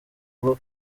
bwo